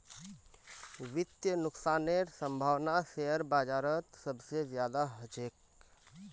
वित्तीय नुकसानेर सम्भावना शेयर बाजारत सबसे ज्यादा ह छेक